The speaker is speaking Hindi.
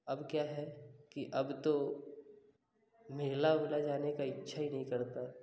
अब क्या है कि अब तो मेला वुला जाने का इच्छा ही नहीं करता